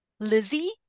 lizzie